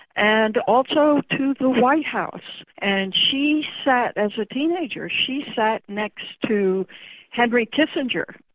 and also to the white house, and she sat as a teenager, she sat next to henry kissinger.